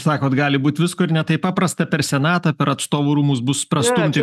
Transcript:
sakot gali būt visko ir ne taip paprasta per senatą per atstovų rūmus bus prastumti